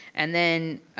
and then.